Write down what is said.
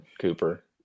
Cooper